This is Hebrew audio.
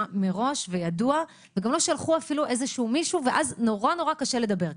מראש וידוע וגם לא שלחו אפילו מישהו ואז נורא קשה לדבר ככה.